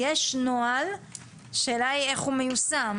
יש נוהל והשאלה היא איך הוא מיושם.,